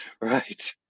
right